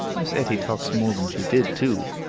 miss etty talks more than she did, too.